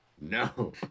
No